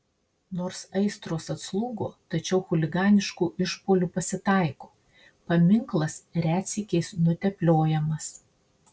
nors aistros atslūgo tačiau chuliganiškų išpuolių pasitaiko paminklas retsykiais nutepliojamas